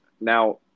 now